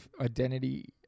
identity